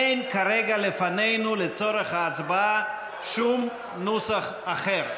אין כרגע לפנינו לצורך ההצבעה שום נוסח אחר.